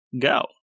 go